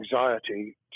anxiety